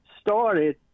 started